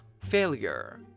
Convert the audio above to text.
Failure